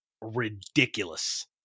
ridiculous